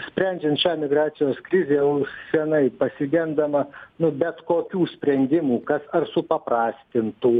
sprendžiant šią migracijos krizę jau senai pasigendama nu bet kokių sprendimų kas ar supaprastintų